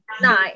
Nine